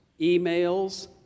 emails